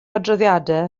adroddiadau